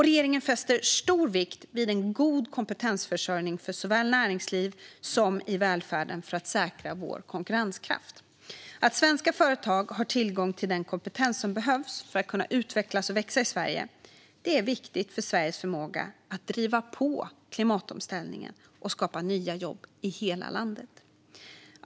Regeringen fäster stor vikt vid en god kompetensförsörjning för såväl näringsliv som välfärden för att säkra vår konkurrenskraft. Att svenska företag har tillgång till den kompetens som behövs för att kunna utvecklas och växa i Sverige är viktigt för Sveriges förmåga att driva på klimatomställningen och skapa nya jobb i hela landet.